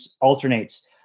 alternates